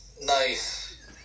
Nice